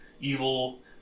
evil